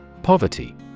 Poverty